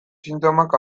sintomak